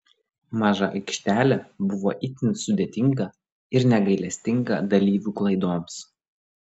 maža aikštelė buvo itin sudėtinga ir negailestinga dalyvių klaidoms